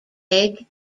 egg